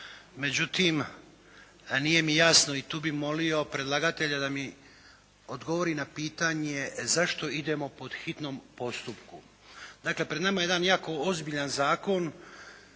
međutim nije mi jasno i tu bih molio predlagatelja da mi odgovori na pitanje zašto idemo po hitnom postupku. Dakle pred nama je jedan jako ozbiljan zakon